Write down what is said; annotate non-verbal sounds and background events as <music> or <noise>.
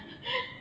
<laughs>